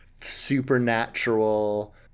supernatural